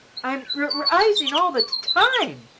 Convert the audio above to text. i'm ri-rising all the t-time,